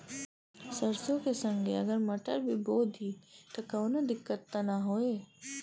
सरसो के संगे अगर मटर भी बो दी त कवनो दिक्कत त ना होय?